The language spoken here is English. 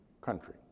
country